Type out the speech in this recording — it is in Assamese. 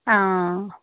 অঁ